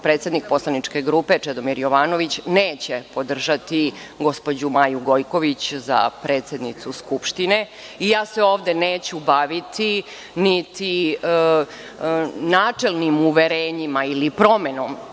predsednik poslaničke grupe Čedomir Jovanović, neće podržati gospođu Maju Gojković za predsednicu Skupštine i ja se ovde neću baviti niti načelnim uverenjima ili promenom